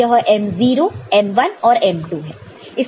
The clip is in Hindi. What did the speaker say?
तो यह M0 M1 और M2 है